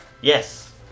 Yes